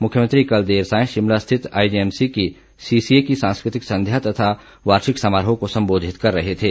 मुख्यमंत्री कल देर सांय शिमला स्थित आईजीएमसी की सीसीए की सांस्कृतिक संध्या तथा वार्षिक समारोह को संबोधित कर रहे थे